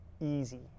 easy